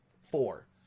Four